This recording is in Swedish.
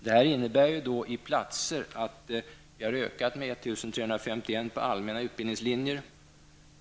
Det innebär i platser att vi har ökat med 1 351 på allmänna utbildningslinjer.